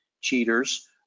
cheaters